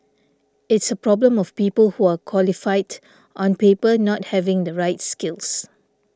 it's a problem of people who are qualified on paper not having the right skills